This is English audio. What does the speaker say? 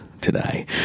today